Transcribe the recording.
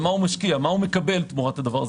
מה הוא משקיע ומה הוא מקבל תמורת זה.